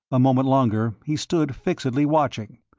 a moment longer he stood fixedly watching,